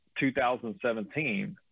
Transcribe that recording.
2017